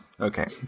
Okay